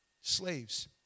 Slaves